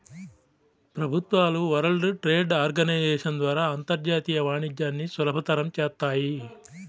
ప్రభుత్వాలు world trade organisation ద్వారా అంతర్జాతీయ వాణిజ్యాన్ని సులభతరం చేత్తాయి